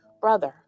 brother